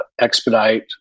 expedite